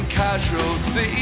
casualty